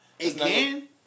Again